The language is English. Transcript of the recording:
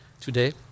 today